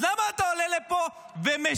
אז למה אתה עולה לפה ומשקר?